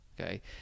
okay